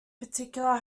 particular